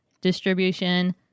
distribution